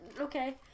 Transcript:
Okay